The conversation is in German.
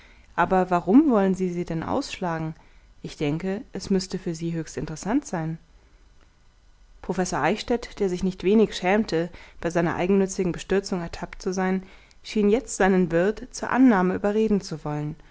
aber warum wollen sie sie denn ausschlagen ich denke es müßte für sie höchst interessant sein professor eichstädt der sich nicht wenig schämte bei seiner eigennützigen bestürzung ertappt zu sein schien jetzt seinen wirt zur annahme überreden zu wollen